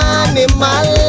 animal